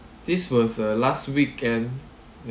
this was uh last weekend